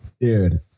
Dude